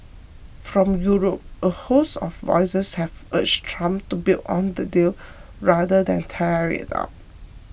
from Europe a host of voices have urged Trump to build on the deal rather than tear it up